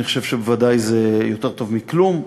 אני חושב שבוודאי זה יותר טוב מכלום.